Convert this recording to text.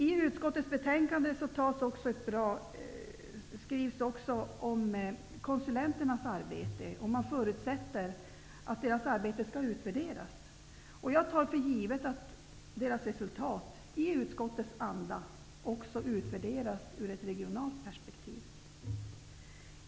I utskottets betänkande tas också frågan om konsulenternas arbete upp. Man förutsätter att deras arbete skall utvärderas. Jag tar för givet att deras arbete -- i utskottets anda -- också utvärderas i ett regionalt perspektiv.